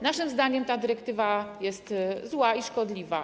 Naszym zdaniem ta dyrektywa jest zła i szkodliwa.